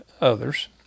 others